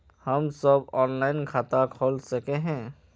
हम सब ऑनलाइन खाता खोल सके है?